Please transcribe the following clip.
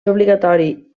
obligatori